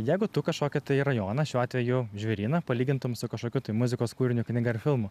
jeigu tu kažkokį tai rajoną šiuo atveju žvėryną palygintum su kažkokiu tai muzikos kūriniu knyga ar filmu